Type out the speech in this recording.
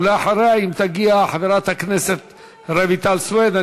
ולאחריה, אם תגיע, חברת הכנסת רויטל סויד.